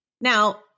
Now